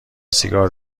سیگار